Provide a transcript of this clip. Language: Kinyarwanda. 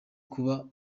kuba